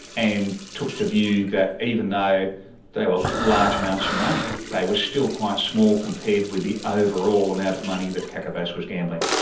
and took the view that even though they were large amounts of money, they were still quite small compared with the overall amount of money that kakavas was gambling.